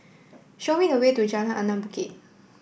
show me the way to Jalan Anak Bukit